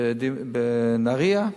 ב"נהרייה"